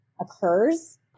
occurs